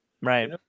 Right